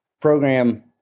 program